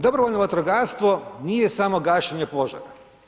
Dobrovoljno vatrogastvo nije samo gašenje požara.